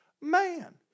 man